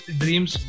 dreams